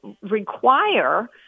require